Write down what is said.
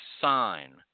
sign